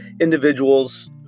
individuals